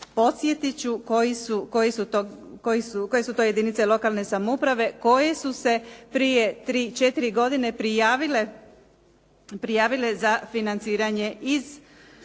Podsjetit ću koje su to jedinice lokalne samouprave koje su se prije tri, četiri godine prijavile za financiranje iz